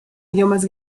idiomas